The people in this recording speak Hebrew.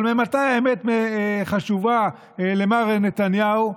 אבל ממתי האמת חשובה למר נתניהו?